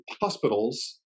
hospitals